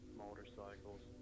motorcycles